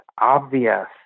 obvious